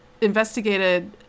investigated